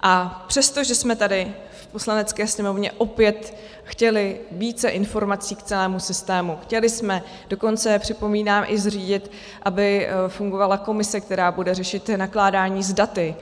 A přesto, že jsme tady v Poslanecké sněmovně opět chtěli více informací k celému systému, chtěli jsme dokonce, připomínám, i zřídit, aby fungovala komise, která bude řešit nakládání s daty